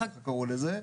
ככה קראו לזה,